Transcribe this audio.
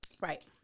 Right